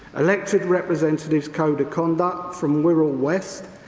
elected representatives code of conduct from wirral west,